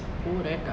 borat ah